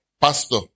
Pastor